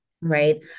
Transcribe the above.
right